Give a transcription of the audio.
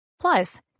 Plus